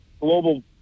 global